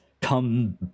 come